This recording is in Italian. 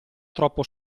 troppo